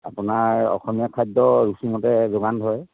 আপোনাৰ অসমীয়া খাদ্য ৰুচিমতে যোগান ধৰে